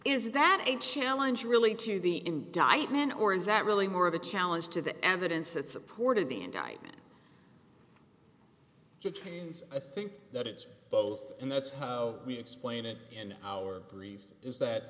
is that a challenge really to the indictment or is that really more of a challenge to the evidence that supported the indictment detains i think that it's both and that's how we explain it in our brief is that